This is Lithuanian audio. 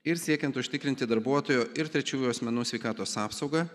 ir siekiant užtikrinti darbuotojo ir trečiųjų asmenų sveikatos apsaugą